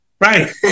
Right